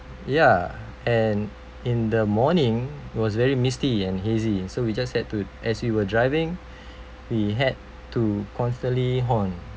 ya and in the morning it was very misty and hazy so we just had to as we were driving we had to constantly horn